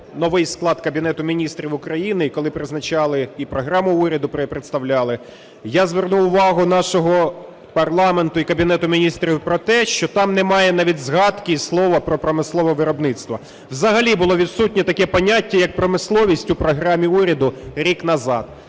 новий склад Кабінету Міністрів України і коли призначали і програму уряду представляли, я звернув увагу нашого парламенту і Кабінету Міністрів про те, що там немає навіть згадки і слова про промислове виробництво. Взагалі було відсутнє таке поняття, як "промисловість" у програмі уряду рік назад.